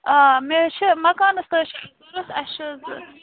آ مےٚ حظ چھِ مَکانَس تہِ حظ چھِ ضروٗرت اَسہِ چھِ